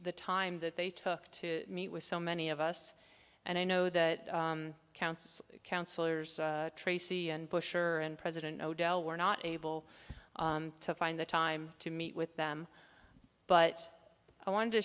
the time that they took to meet with so many of us and i know that councils councillors tracey and bush are and president odell were not able to find the time to meet with them but i wanted to